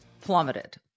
plummeted